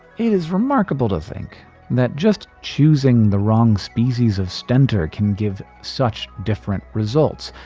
it is remarkable to think that just choosing the wrong species of stentor can give such different results,